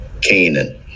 Canaan